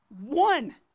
One